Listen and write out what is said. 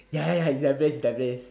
ya ya ya it's that place it's that place